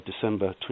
December